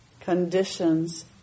conditions